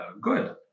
good